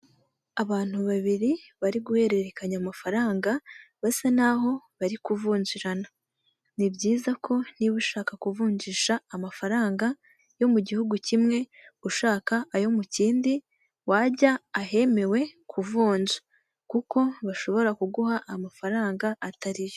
Abantu babiri bari guhererekanya amafaranga basa n'aho bari kuvunjirana. Ni byiza ko niba ushaka kuvunjisha amafaranga yo mu gihugu kimwe, ushaka ayo mu kindi, wajya ahemewe kuvunja kuko bashobora kuguha amafaranga atari yo.